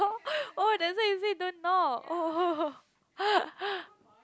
oh that's why you say don't knock oh oh oh